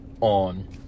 on